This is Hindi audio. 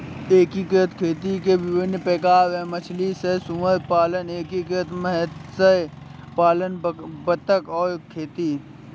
एकीकृत खेती के विभिन्न प्रकार हैं मछली सह सुअर पालन, एकीकृत मत्स्य पालन बतख और खेती